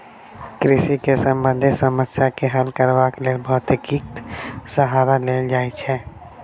कृषि सॅ संबंधित समस्या के हल करबाक लेल भौतिकीक सहारा लेल जाइत छै